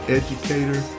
educator